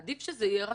עדיף שזה יהיה רשום.